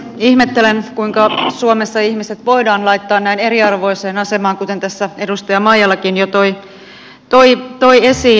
ihmettelen kuinka suomessa ihmiset voidaan laittaa näin eriarvoiseen asemaan kuten tässä edustaja maijalakin jo toi esiin